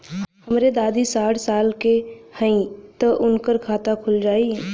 हमरे दादी साढ़ साल क हइ त उनकर खाता खुल जाई?